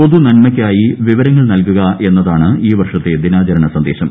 പൊതുനന്മയ്ക്കായി വിവരങ്ങൾ നൽകുക എന്നതാണ് ഈ വർഷത്തെ ദിനാചരണ സന്ദേശം